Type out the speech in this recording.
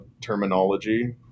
terminology